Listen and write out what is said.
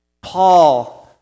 Paul